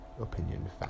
Opinion